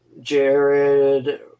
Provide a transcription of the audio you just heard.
Jared